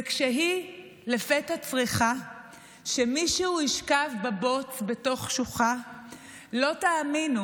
// וכשהיא לפתע צריכה / שמישהו ישכב בבוץ בתוך שוחה / לא תאמינו